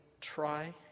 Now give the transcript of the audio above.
try